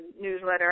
newsletter